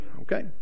Okay